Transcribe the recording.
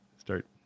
Start